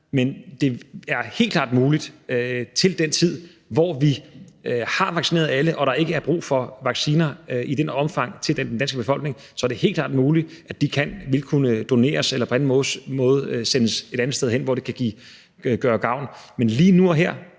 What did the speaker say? men det er helt klart muligt til den tid, hvor vi har vaccineret alle og der ikke er brug for vacciner i det omfang til den danske befolkning, at de vil kunne doneres eller på anden måde sendes et andet sted hen, hvor de kan gøre gavn. Men lige nu og her